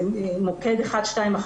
זה מוקד 1218,